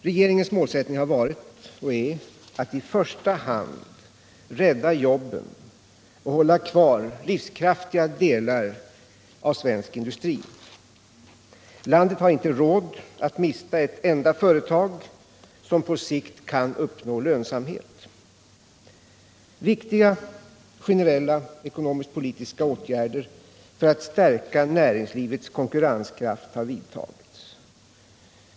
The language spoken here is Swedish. Regeringens målsättning har varit och är att i första hand rädda jobben och hålla kvar livskraftiga delar av svensk industri. Landet har inte råd att mista ett enda företag som på sikt kan uppnå lönsamhet. Viktiga generella ekonomiskt-politiska åtgärder för att stärka näringslivets konkurrenskraft har vidtagits.